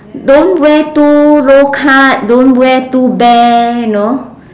don't wear too low cut don't wear too bare you know